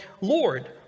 Lord